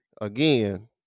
again